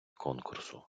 конкурсу